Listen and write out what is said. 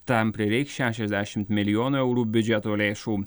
tam prireiks šešiasdešimt milijonų eurų biudžeto lėšų